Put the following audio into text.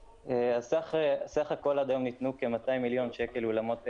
בסך הכול עד היום ניתנו כ-200 מיליון שקל לאולמות אירועים.